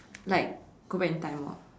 like go back in time orh